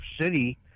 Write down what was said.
City